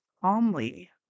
calmly